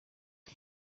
iyi